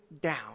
down